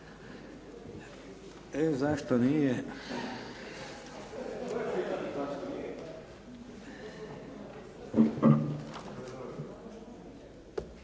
E zašto nije.